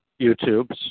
YouTubes